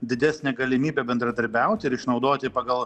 didesnė galimybė bendradarbiauti ir išnaudoti pagal